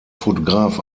fotograf